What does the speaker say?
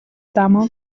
دماغ